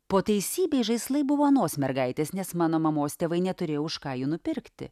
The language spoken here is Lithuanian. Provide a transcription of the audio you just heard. po teisybei žaislai buvo anos mergaitės nes mano mamos tėvai neturėjo už ką jų nupirkti